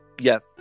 Yes